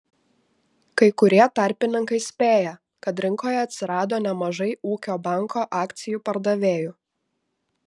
kai kurie tarpininkai spėja kad rinkoje atsirado nemažai ūkio banko akcijų pardavėjų